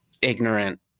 ignorant